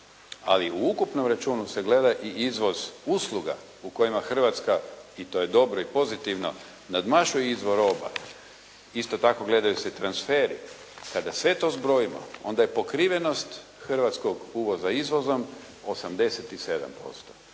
Ali u ukupnom računu se gleda i izvoz usluga u kojima Hrvatska i to je dobro i pozitivno, nadmašuje izvoz roba. Isto tako gledaju se transferi. Kada sve to zbrojimo, onda je pokrivenost hrvatskog uvoza izvozom 87%